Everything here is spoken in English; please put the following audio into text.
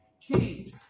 Change